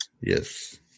Yes